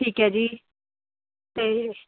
ਠੀਕ ਹੈ ਜੀ ਅਤੇ